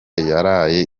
yaraye